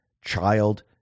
child